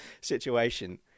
situation